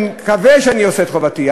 אני מקווה שאני עושה את חובתי.